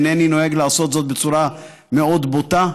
אינני נוהג לעשות זאת בצורה מאוד בוטה,